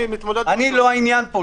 אני לא העניין פה.